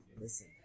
Listen